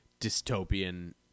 dystopian